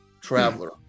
Traveler